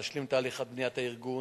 להשלים את תהליך בניית הארגון,